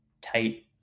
tight